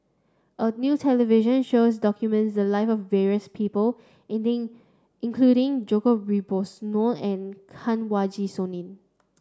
a new television shows documented the live of various people including Djoko Wibisono and Kanwaljit Soin